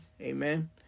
Amen